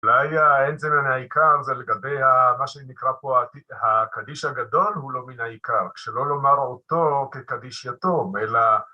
אולי אין זה מן העיקר, זה לגבי מה שנקרא פה הקדיש הגדול, הוא לא מן העיקר, שלא לומר אותו כקדיש יתום, אלא...